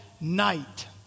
night